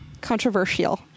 Controversial